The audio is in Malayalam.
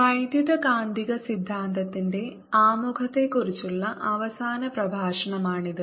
വൈദ്യുതകാന്തിക സിദ്ധാന്തത്തിൻറെ ആമുഖത്തെ കുറിച്ചുള്ള അവസാന പ്രഭാഷണമാണിത്